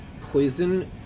Poison